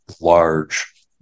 large